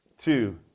Two